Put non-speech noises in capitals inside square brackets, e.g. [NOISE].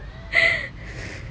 [LAUGHS]